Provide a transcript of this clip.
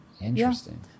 Interesting